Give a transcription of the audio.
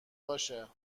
باشه